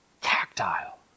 tactile